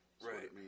Right